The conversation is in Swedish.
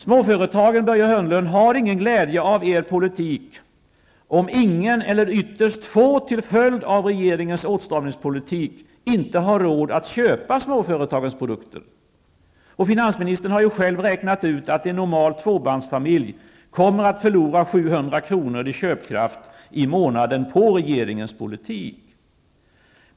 Småföretagen, Börje Hörnlund, har ingen glädje av er politik om ingen eller ytterst få, till följd av regeringens åtstramningspolitik, har råd att köpa småföretagens produkter. Finansministern har själv räknat ut att en normal tvåbarnsfamilj kommer att förlora 700 kr. i månaden i köpkraft på regeringens politik.